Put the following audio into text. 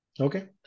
Okay